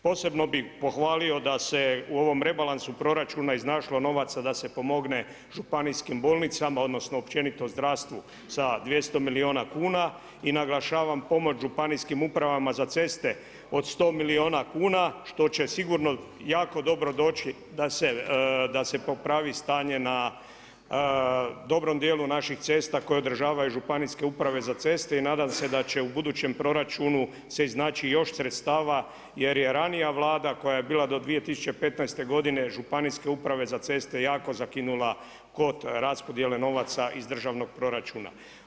Posebno bi pohvalio da se u ovom rebalansu proračuna iznašlo novaca da se pomogne županijskim bolnicama, odnosno, općenito zdravstvu za 200 milijuna kn i naglašavam pomoć županijskim upravama za ceste, od 100 milijuna kuna, što će sigurno jako dobro doći da se popravi stanje na dobrom dijelu naših cesta koje održavaju županijske uprave za ceste i nadam se da će u budućem proračunu se iznaći još sredstava jer je ranija Vlada koja je bila do 2015. županijska uprava za ceste, jako zakinula kod raspodijele novaca iz državnog proračuna.